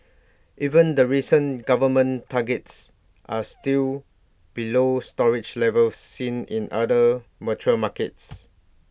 even the recent government targets are still below storage levels seen in other mature markets